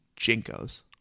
Jinkos